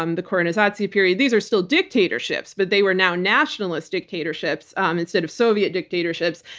um the korenizatsiya period. these are still dictatorships, but they were now nationalist dictatorships um instead of soviet dictatorships.